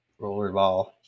Rollerball